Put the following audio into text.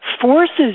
forces